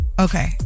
Okay